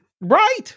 Right